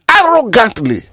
Arrogantly